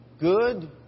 Good